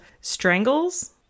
strangles